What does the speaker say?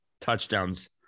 touchdowns